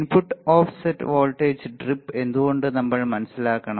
input offset voltage drift എന്തുകൊണ്ട് നമ്മൾ മനസ്സിലാക്കണം